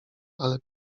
ale